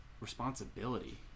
responsibility